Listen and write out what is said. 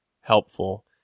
helpful